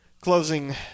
closing